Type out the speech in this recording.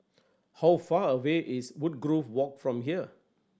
how far away is Woodgrove Walk from here